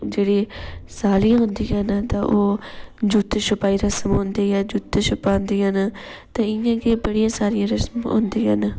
जेह्ड़ी सालियां होन्दिया न तां ओह् जूतें छुपाई रस्म होंदी ऐ जूतें छपांदियां न ते इयां गै बड़ियां सारियां रस्मां होन्दिया न